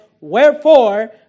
wherefore